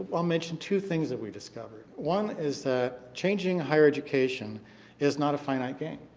i'll mention two things that we discovered. one is that changing higher education is not a finite game.